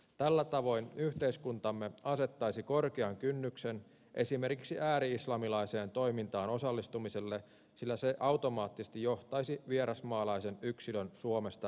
tällä tavoin yhteiskuntamme asettaisi korkean kynnyksen esimerkiksi ääri islamilaiseen toimintaan osallistumiselle sillä se automaattisesti johtaisi vierasmaalaisen yksilön suomesta poistamiseen